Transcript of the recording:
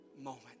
moment